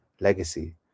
legacy